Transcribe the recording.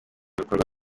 bikorwa